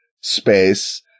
space